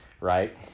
Right